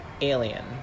Alien